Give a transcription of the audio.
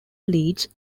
leads